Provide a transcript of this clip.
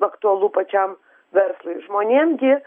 aktualu pačiam verslui žmonėm gi